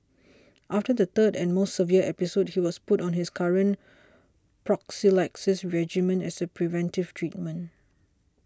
after the third and most severe episode he was put on his current prophylaxis regimen as a preventive treatment